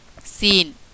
scene